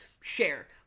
Share